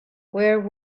where